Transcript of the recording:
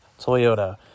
Toyota